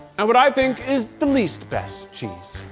and what i think is the least best cheese.